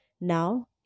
Now